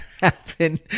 happen